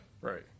Right